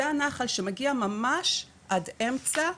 זה הנחל שמגיע ממש עד האמצע,